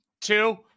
two